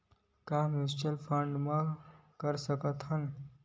का mutual fund म कर सकत हन?